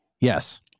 Yes